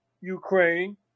Ukraine